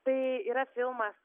tai yra filmas